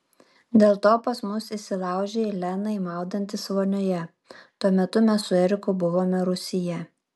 dėl to pas mus įsilaužei lenai maudantis vonioje tuo metu mes su eriku buvome rūsyje